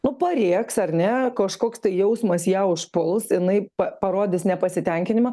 nu parėks ar ne kažkoks tai jausmas ją užpuls jinai parodys nepasitenkinimą